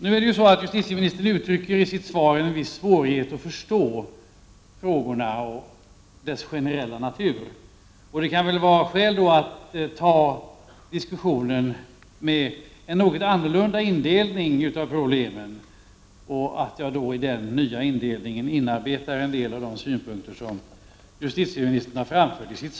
I svaret uttrycker justitieministern en viss svårighet att förstå frågorna och deras generella natur. Det kan därför vara skäl att ta upp en diskussion med en något annan indelning av problemen och att i den nya indelningen inarbeta en del av de synpunkter som justitieministern framförde i svaret.